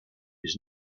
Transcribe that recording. his